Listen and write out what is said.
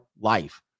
life